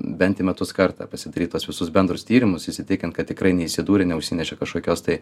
bent į metus kartą pasidaryt tuos visus bendrus tyrimus įsitikint kad tikrai neįsidūrė neužsinešė kažkokios tai